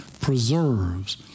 preserves